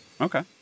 Okay